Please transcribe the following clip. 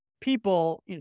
people